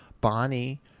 Bonnie